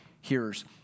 hearers